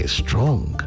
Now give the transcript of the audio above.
strong